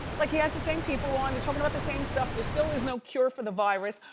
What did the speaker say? like he has the same people on. they're talking about the same stuff. there still is no cure for the virus.